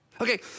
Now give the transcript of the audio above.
Okay